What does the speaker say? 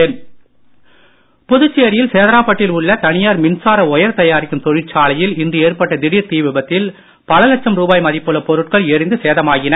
தீ விபத்து புதுச்சேரியில் சேதராப்பட்டில் உள்ள தனியார் மின்சார ஒயர் தயாரிக்கும் தொழிற்சாலையில் இன்று ஏற்பட்ட திடீர் தீ விபத்தில் பல லட்சம் ரூபாய் மதிப்புள்ள பொருட்கள் எரிந்து சேதமாயின